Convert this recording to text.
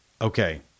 okay